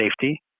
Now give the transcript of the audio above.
safety